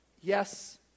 yes